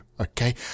Okay